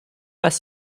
pas